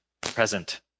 present